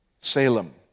Salem